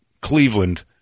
Cleveland